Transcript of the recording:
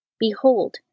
Behold